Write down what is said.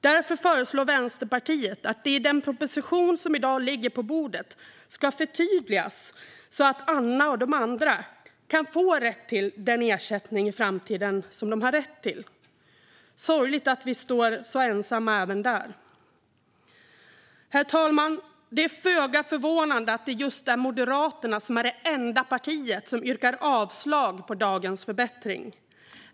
Därför föreslår Vänsterpartiet att den proposition som i dag ligger på bordet ska förtydligas så att Anna och de andra i framtiden kan få den ersättning de har rätt till. Det är sorgligt att vi står så ensamma även där. Herr talman! Det är föga förvånande att just Moderaterna som enda parti yrkar avslag på dagens förbättring.